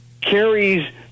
carries